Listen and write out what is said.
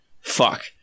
fuck